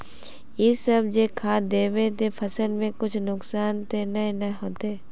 इ सब जे खाद दबे ते फसल में कुछ नुकसान ते नय ने होते